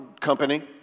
company